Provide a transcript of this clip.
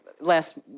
last